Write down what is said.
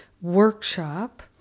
workshop